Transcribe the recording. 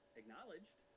acknowledged